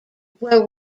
were